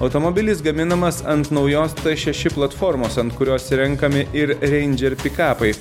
automobilis gaminamas ant naujos šeši platformos ant kurios renkami ir reindžer pikapai